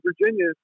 Virginia